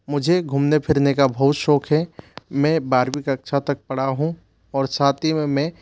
मुझे घूमने फिरने का बहुत शौक है मै बारवीं कक्षा तक पढ़ा हूँ साथ ही में मैं